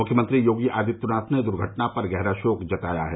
मुख्यमंत्री योगी आदित्यनाथ ने दुर्घटना पर गहरा शोक जताया है